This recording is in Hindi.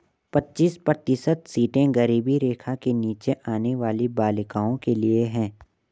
पच्चीस प्रतिशत सीटें गरीबी रेखा के नीचे आने वाली बालिकाओं के लिए है